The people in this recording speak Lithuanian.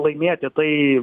laimėti tai